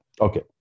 okay